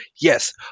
Yes